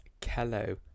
Kello